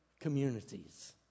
communities